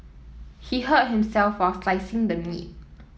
he hurt himself while slicing the meat